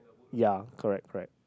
ya correct correct